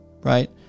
right